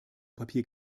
papier